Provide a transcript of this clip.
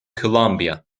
columbia